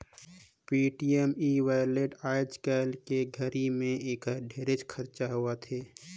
Paytm e wallet आयज के घरी मे ऐखर ढेरे चरचा होवथे